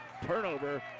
Turnover